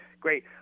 Great